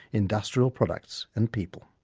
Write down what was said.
industrial products and people.